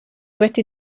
wedi